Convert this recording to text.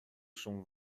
szum